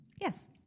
Yes